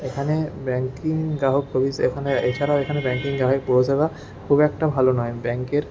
এখানে ব্যাঙ্কিং গ্রাহক পরিষেবা এখানে ছাড়াও এখানে ব্যাঙ্কিং গ্রাহক পরিষেবা খুব একটা ভালো নয় ব্যাঙ্কের